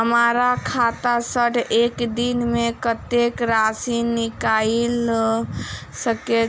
हमरा खाता सऽ एक दिन मे कतेक राशि निकाइल सकै छी